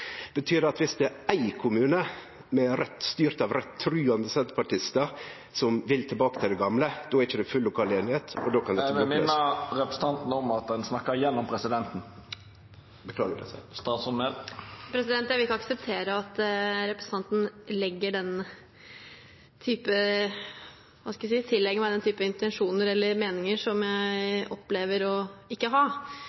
Betyr det at viss det er éin kommune, styrt av rettruande senterpartistar, som vil tilbake til det gamle, då er det ikkje full lokal einigheit, og då kan … Presidenten vil minna representanten om at ein snakkar gjennom presidenten. Beklagar, president! Jeg vil ikke akseptere at representanten tillegger meg den type